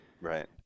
Right